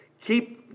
Keep